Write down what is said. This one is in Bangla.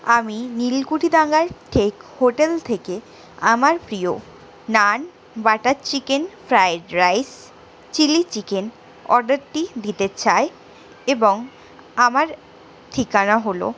আমি নীলকুঠিডাঙার ঠেক হোটেল থেকে আমার প্রিয় naan butter chicken fried rice chilli chicken অর্ডারটি দিতে চাই এবং আমার ঠিকানা হল